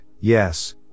yes